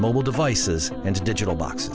mobile devices and digital box